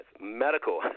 medical